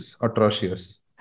atrocious